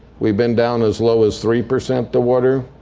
we've been down as low as three percent the water.